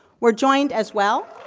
we're joined, as well